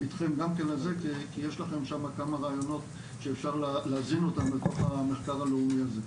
כי יש לכם שמה כמה רעיונות שאפשר להזין אותם לתוך המחקר הלאומי הזה,